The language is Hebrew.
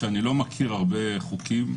שאני לא מכיר הרבה חוקים,